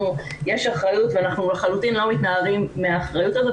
יש אחריות ואנחנו לחלוטין לא מתנערים מהאחריות הזאת,